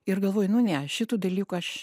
ir galvoju nu ne šitų dalykų aš